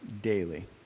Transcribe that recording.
daily